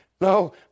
No